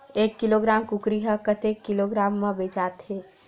एक किलोग्राम कुकरी ह कतेक किलोग्राम म बेचाथे?